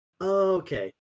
Okay